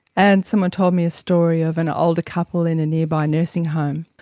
and someone told me a story of an older couple in a nearby nursing home.